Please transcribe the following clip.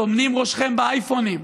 טומנים ראשכם באייפונים,